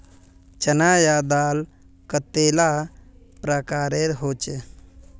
चना या दाल कतेला प्रकारेर होचे?